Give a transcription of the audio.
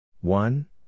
One